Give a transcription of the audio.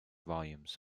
volumes